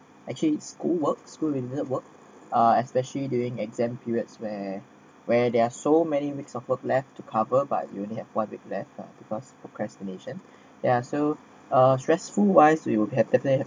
actually school work school in network are especially during exam periods where where there are so many weeks of work left to cover but you only have one week left because procrastination ya so uh stressful wise we would have definitely